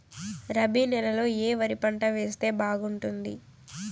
రబి నెలలో ఏ వరి పంట వేస్తే బాగుంటుంది